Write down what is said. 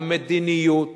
המדיניות